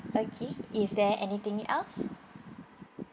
okay is there anything else